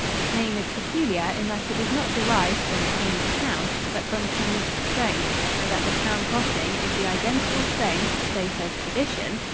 its name is peculiar in that it was not derived from king's town, but from king's stone and at the town crossing is the identical stone, so says tradition,